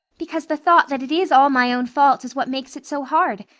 because the thought that it is all my own fault is what makes it so hard.